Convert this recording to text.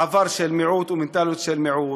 עבר של מיעוט ומנטליות של מיעוט,